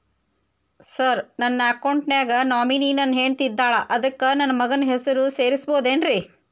Sir ನನ್ನ account ಗೆ nominee ನನ್ನ ಹೆಂಡ್ತಿ ಇದ್ದಾಳ ಅದಕ್ಕ ನನ್ನ ಮಗನ ಹೆಸರು ಸೇರಸಬಹುದೇನ್ರಿ?